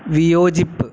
വിയോജിപ്പ്